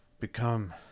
become